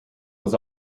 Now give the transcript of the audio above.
was